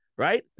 right